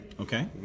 Okay